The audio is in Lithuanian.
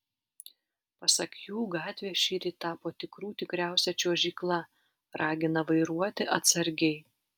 pasak jų gatvės šįryt tapo tikrų tikriausia čiuožykla ragina vairuoti atsargiai